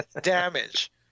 damage